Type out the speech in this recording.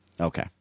Okay